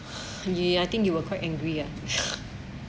ya I think you were quite angry ah